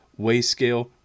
Wayscale